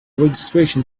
registration